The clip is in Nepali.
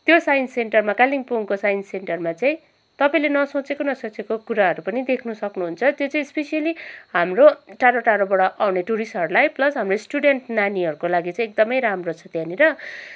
त्यो साइन्स सेन्टरमा कालिम्पोङको साइन्स सेन्टरमा चाहिँ तपाईँले नसोचेको नसोचेको कुराहरू पनि देख्नु सक्नुहुन्छ त्यो चाहिँ स्पेसियली हाम्रो टाढो टाढोबाट आउने टुरिस्टहरूलाई प्लस हाम्रो स्टुडेन्ट नानीहरूको लागि चाहिँ एकदमै राम्रो छ त्यहाँनिर